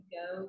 go